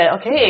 Okay